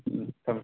ꯎꯝ ꯊꯝꯃꯦ ꯊꯝꯃꯦ